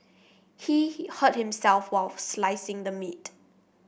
he hurt himself while slicing the meat